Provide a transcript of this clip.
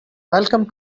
welcome